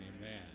Amen